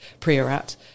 Priorat